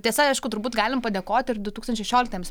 tiesa aišku turbūt galim padėkot ir du tūkstančiai šešioliktiems